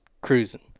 cruising